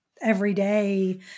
everyday